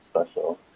special